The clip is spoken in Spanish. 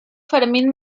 fermín